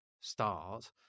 start